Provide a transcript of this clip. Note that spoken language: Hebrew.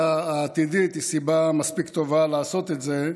העתידית הוא סיבה מספיק טובה לעשות את זה,